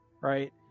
right